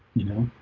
you know